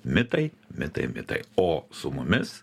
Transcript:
mitai mitai mitai o su mumis